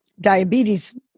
diabetes